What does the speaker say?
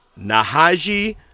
Nahaji